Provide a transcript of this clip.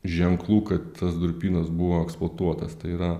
ženklų kad tas durpynas buvo eksplotuotas tai yra